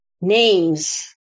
names